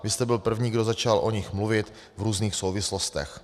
Vy jste byl první, kdo začal o nich mluvit v různých souvislostech.